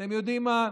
אתם יודעים מה,